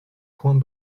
points